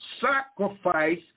sacrifice